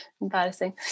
embarrassing